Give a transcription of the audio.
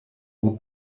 will